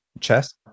Chess